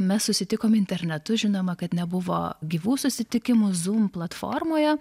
mes susitikom internetu žinoma kad nebuvo gyvų susitikimų zum platformoje